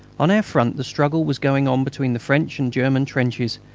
on our front the struggle was going on between the french and german trenches,